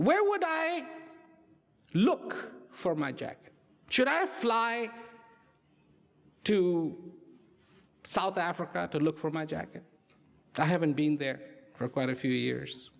where would i look for my jacket should i fly to south africa to look for my jacket i haven't been there for quite a few years